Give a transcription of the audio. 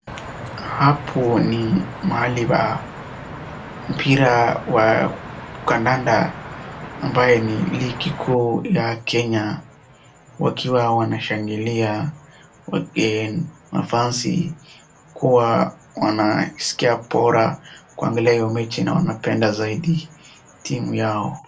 Hapo ni mahali pa mpira wa kandanda ambaye ni ligi kuu la Kenya wakiwa wanashangilia , mafansi kuwa wanaskia bora kuangalia hiyo mechi na wanapenda zaidi timu yao.